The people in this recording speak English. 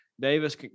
Davis